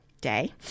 day